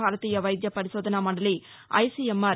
భారతీయ వైద్య పరిశోధన మండలి ఐసీఎంఆర్